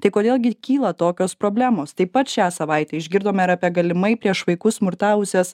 tai kodėl gi kyla tokios problemos taip pat šią savaitę išgirdome ir apie galimai prieš vaikus smurtavusias